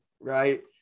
right